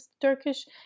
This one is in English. Turkish